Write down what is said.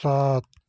सात